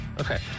Okay